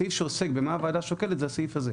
הסעיף שעוסק במה הוועדה שוקלת זה הסעיף הזה.